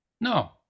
No